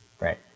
right